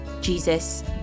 Jesus